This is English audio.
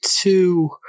two